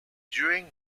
during